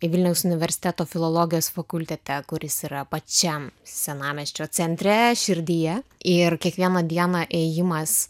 vilniaus universiteto filologijos fakultete kuris yra pačiam senamiesčio centre širdyje ir kiekvieną dieną ėjimas